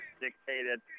dictated